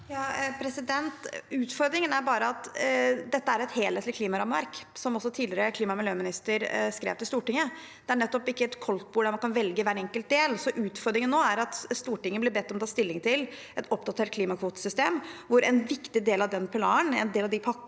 (H) Utfor- dringen er bare at dette er et helhetlig klimarammeverk, som også tidligere klima- og miljøminister Barth Eide skrev til Stortinget. Det er ikke et koldtbord hvor man kan velge hver enkelt del. Så utfordringen nå er at Stortinget blir bedt om å ta stilling til et oppdatert klimakvotesystem, hvor en viktig del av den pilaren, en del av de pakkene